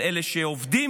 על אלה שעובדים,